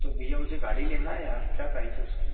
तो भैया मुझे गाड़ी लेना है यार क्या प्राइस है उसकी